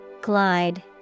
Glide